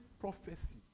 prophecy